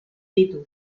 ditu